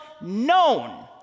known